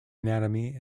anatomy